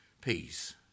Peace